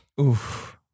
Oof